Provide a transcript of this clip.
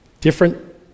Different